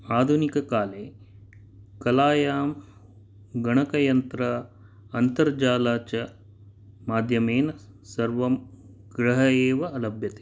आधुनिककाले कलायां गणकयन्त्र अन्तर्जालं च माध्यमेन सर्वं गृहे एव लभ्यते